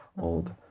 old